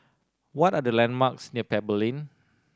what are the landmarks near Pebble Lane